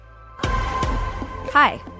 Hi